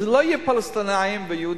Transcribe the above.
אז זה לא יהיה פלסטינים ויהודים,